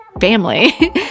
family